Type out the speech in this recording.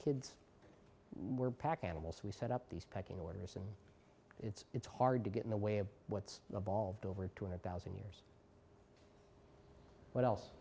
kids we're pack animals we set up these pecking orders and it's it's hard to get in the way of what's a ball over two hundred thousand years what else